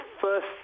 first